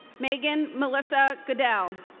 meghan melissa goodell.